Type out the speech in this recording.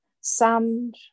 sand